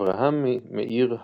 אברהם מאיר הברמן,